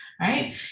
right